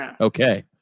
Okay